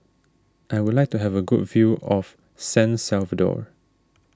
I would like to have a good view of San Salvador